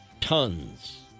tons